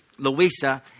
Louisa